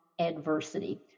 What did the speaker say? adversity